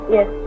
Yes